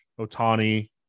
Otani